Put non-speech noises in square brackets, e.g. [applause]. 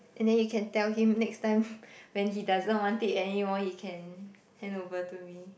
and then you can tell him next time [breath] when he doesn't want it anymore he can hand over to me